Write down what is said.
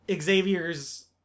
Xavier's